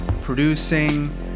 producing